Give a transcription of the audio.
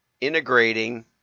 Integrating